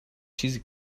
چیزی